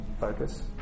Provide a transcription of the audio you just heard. focus